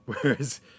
Whereas